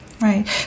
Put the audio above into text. right